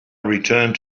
returned